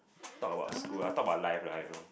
talk about school uh talk about life lah I know